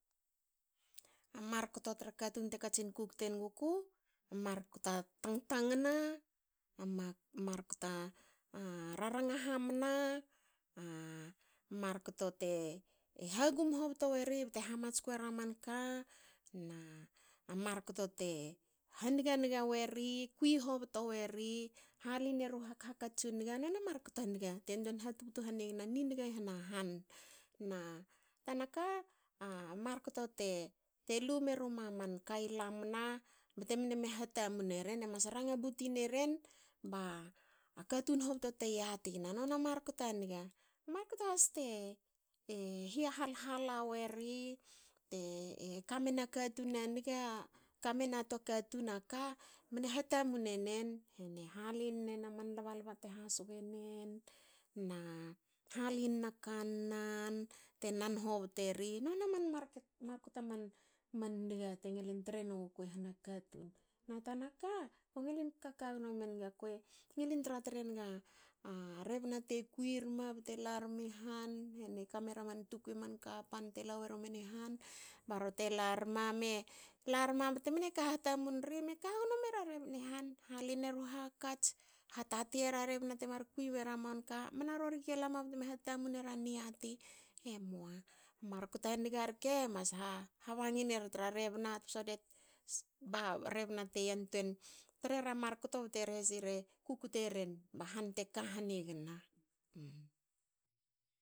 Markto tra katun te katsin kukte nuguku markto a tangtangna. a mar kto a raranga hamna. a markto te hagum hobto hobto weri bte hamatsku era manka. Na markto te han nganga weri. kui hobto weri halineru hak hakats u niga. Nona markto a niga te ron ha tubtu a ni niga i hana han. Na tana ka. markto te lumeruma manka i lamna btemne me hatamun eren. e mas ranga butin eren. emas ranga buti neren ba katun hobto te yatina nona markto a niga. Markto has te hiahal hala weri. te kamena katun a niga kamena toa katun aka mne hatamun ene. hena. Hali nena lbalba te hasoge enen ne halinna kanna te nan hobteri. Nona mar marken markto man nge te ngilin tre nuguku yahana katun. Na tanaka, ko ngilin kaka gno menga kuei ko ngilin tra tre nga rebna te lar me bte larmi han hene kamera man tukui man kapan te la werumen i han ba rorte larme larma larma bte mne ka hatamun ri me kagno mera rebni han. halineru hakats, hatati era rebn ate mar kui wera man ka. mna rori ki lama bte hatamun era niati. emua. Markto a niga rke mas habangin reri tra rebna ba rebna te yantuein tre ra markto bte hre sire kukte ren ba han te kahanigna